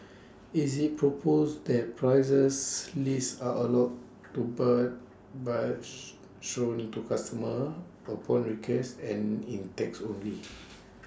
is IT proposed that prices lists are allowed to but by shown to customers upon request and in text only